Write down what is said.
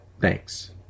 Thanks